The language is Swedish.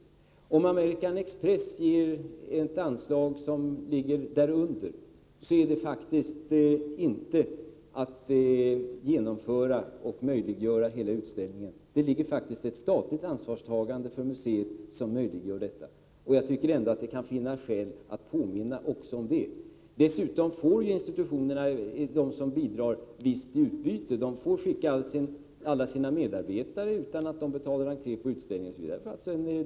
och om American Express ger ett anslag som ligger därunder, möjliggör det faktiskt inte hela utställningen. Det är ett statligt ansvarstagande som ligger i botten. Jag tycker ändå att det finns skäl att påminna om detta. Dessutom får det företag som bidrar ett visst utbyte. Dess medarbetare slipper betala entré till utställningen.